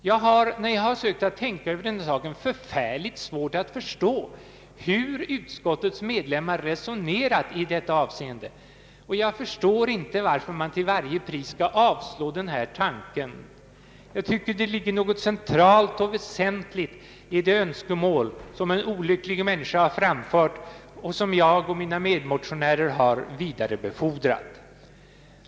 Jag har när jag försökt tänka över denna sak förfärligt svårt att förstå hur utskottets medlemmar resonerar i detta avseende. Jag förstår inte varför man till varje pris skall avslå tanken på ett reträtthem. Jag tycker att det ligger något centralt och väsentligt i det önskemål som en olycklig människa har framfört och som jag och mina medmotionärer har vidarebefordrat.